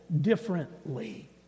differently